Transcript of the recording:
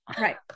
Right